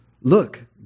look